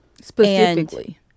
specifically